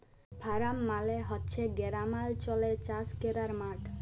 farm মালে হছে গেরামালচলে চাষ ক্যরার মাঠ